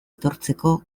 etortzeko